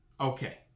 Okay